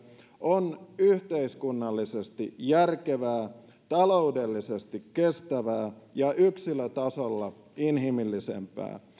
on yhteiskunnallisesti järkevää taloudellisesti kestävää ja yksilötasolla inhimillisempää